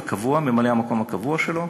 ממלא-המקום הקבוע שלו,